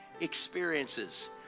experiences